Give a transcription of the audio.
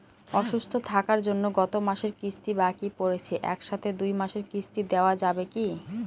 অসুস্থ থাকার জন্য গত মাসের কিস্তি বাকি পরেছে এক সাথে দুই মাসের কিস্তি দেওয়া যাবে কি?